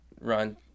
run